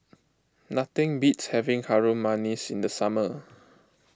nothing beats having Harum Manis in the summer